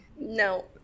No